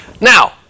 Now